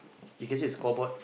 you can see the scoreboard